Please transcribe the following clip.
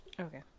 Okay